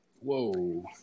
Whoa